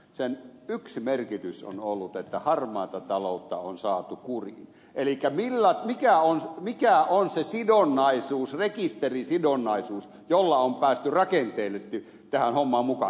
sen yksi merkitys on ollut että harmaata taloutta on saatu kuriin elikkä mikä on se rekisterisidonnaisuus jolla on päästy rakenteellisesti tähän hommaan mukaan